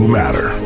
matter